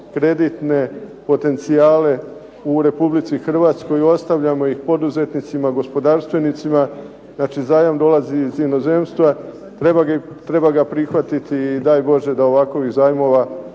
kreditne potencijale u Republici Hrvatskoj, ostavljamo ih poduzetnicima, gospodarstvenicima, znači zajam dolazi iz inozemstva, treba ga prihvatiti i daj Bože da ovakvih zajmova